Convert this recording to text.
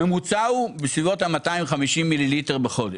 הממוצע הוא בסביבות ה-250 מיליליטר בחודש.